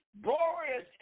Glorious